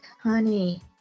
honey